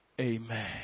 Amen